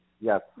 Yes